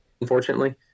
unfortunately